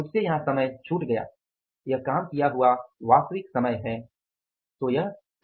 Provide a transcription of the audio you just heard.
मुझसे यहाँ समय छुट गया यह काम किया हुआ वास्तविक समय है